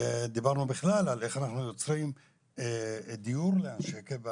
ודיברנו בכלל על איך אנחנו יוצרים דיור לאנשי קבע,